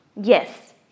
yes